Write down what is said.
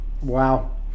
Wow